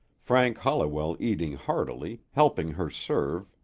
frank holliwell eating heartily, helping her serve,